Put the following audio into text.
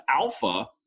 alpha